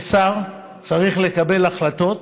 ששר צריך לקבל החלטות